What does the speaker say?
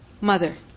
mother